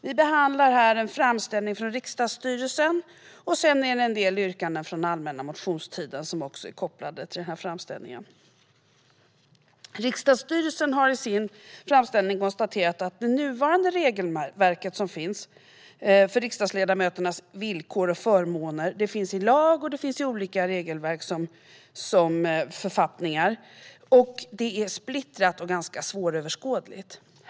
Vi behandlar här en framställning från riksdagsstyrelsen och en del yrkanden från allmänna motionstiden som är kopplade till den framställningen. Riksdagsstyrelsen har i sin framställning konstaterat att det nuvarande regelverket för riksdagsledamöternas ekonomiska villkor och förmåner finns i lag och olika regelverk och föreskrifter. Det är splittrat och ganska svåröverskådligt.